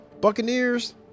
Buccaneers